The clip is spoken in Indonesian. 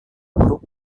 buruk